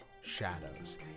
shadows